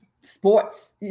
sports